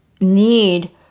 need